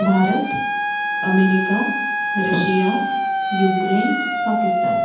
Bharat America Russia Ukraine Pakistan